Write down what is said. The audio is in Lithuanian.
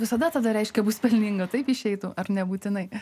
visada reiškia bus pelninga taip išeitų ar nebūtinai